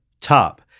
top